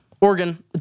Oregon